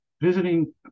visiting